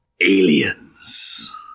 aliens